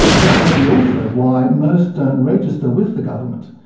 that may be also why most don't register with the government.